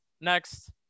next